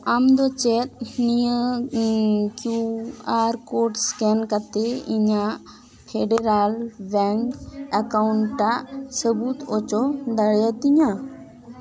ᱟᱢᱫᱚ ᱪᱮᱫ ᱱᱤᱭᱟ ᱠᱤᱭᱩ ᱟᱨ ᱠᱳᱰ ᱥᱠᱮᱱ ᱠᱟᱛᱮ ᱤᱧᱟ ᱜ ᱯᱷᱮᱰᱮᱨᱟᱞ ᱵᱮᱝ ᱮᱠᱟᱣᱩᱱᱴᱟᱜ ᱥᱟ ᱵᱩᱛ ᱚᱪᱚ ᱫᱟᱲᱮ ᱟ ᱛᱤᱧᱟᱹ